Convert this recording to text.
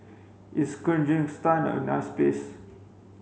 is Kyrgyzstan a nice place